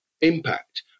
impact